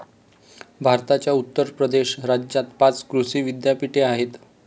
भारताच्या उत्तर प्रदेश राज्यात पाच कृषी विद्यापीठे आहेत